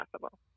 possible